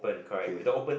okay